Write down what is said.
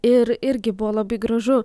ir irgi buvo labai gražu